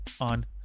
on